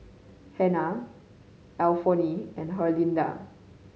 Hannah Alphonso and Herlinda